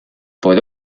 por